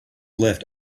left